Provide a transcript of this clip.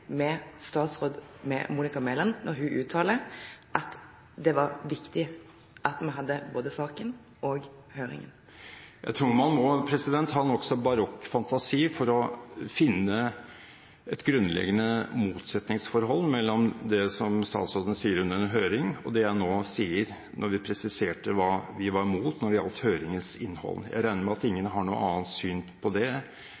med statsråd Monica Mæland når hun uttaler at det var viktig at vi hadde både saken og høringen? Jeg tror man må ha en nokså barokk fantasi for å finne et grunnleggende motsetningsforhold mellom det som statsråden sier under en høring, og det jeg nå sier, når vi presiserte hva vi var imot når det gjaldt høringens innhold. Jeg regner med at